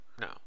No